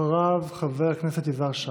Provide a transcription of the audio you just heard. חבר הכנסת יזהר שי.